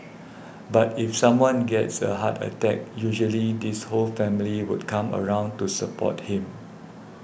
but if someone gets a heart attack usually this whole family would come around to support him